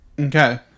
Okay